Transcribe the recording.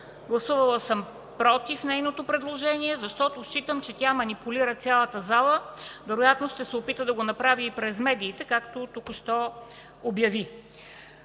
Гласувала съм „против” нейното предложение, защото считам, че тя манипулира цялата зала, вероятно ще се опита да го направи и пред медиите, както току-що обяви.